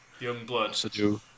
Youngblood